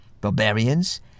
barbarians